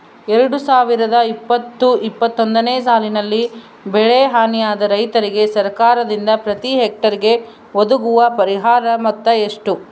ಎರಡು ಸಾವಿರದ ಇಪ್ಪತ್ತು ಇಪ್ಪತ್ತೊಂದನೆ ಸಾಲಿನಲ್ಲಿ ಬೆಳೆ ಹಾನಿಯಾದ ರೈತರಿಗೆ ಸರ್ಕಾರದಿಂದ ಪ್ರತಿ ಹೆಕ್ಟರ್ ಗೆ ಒದಗುವ ಪರಿಹಾರ ಮೊತ್ತ ಎಷ್ಟು?